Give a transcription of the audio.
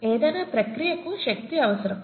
ఏదైనా ప్రక్రియకు శక్తి అవసరం